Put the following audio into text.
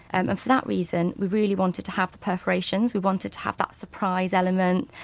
and for that reason, we really wanted to have the perforations, we wanted to have that surprise element,